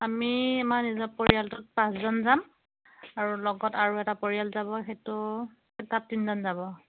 আমি আমাৰ নিজৰ পৰিয়ালটোত পাঁচজন যাম আৰু লগত আৰু এটা পৰিয়াল যাব সেইটো তাত তিনিজন যাব